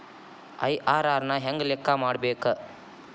IRR ನ ಹೆಂಗ ಲೆಕ್ಕ ಮಾಡಬೇಕ?